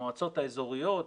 המועצות האזוריות,